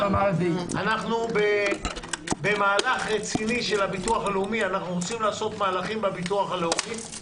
אנחנו רוצים לעשות מהלכים רציניים בביטוח הלאומי.